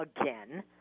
again